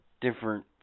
different